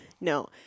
No